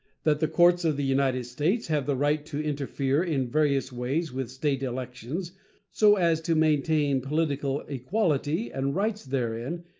that the courts of the united states have the right to interfere in various ways with state elections so as to maintain political equality and rights therein,